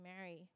Mary